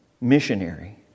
missionary